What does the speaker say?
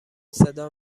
صدا